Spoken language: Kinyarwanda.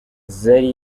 zari